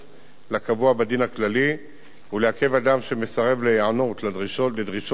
לקבוע בדין הכללי ולעכב אדם שמסרב להיענות לדרישות אלה